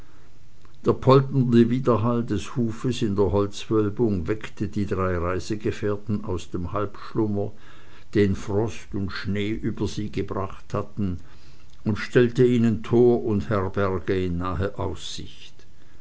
der polternde widerhall des hufes in der holzwölbung weckte die drei reisegefährten aus dem halbschlummer den frost und schnee über sie gebracht hatten und stellte ihnen tor und herberge in nahe aussicht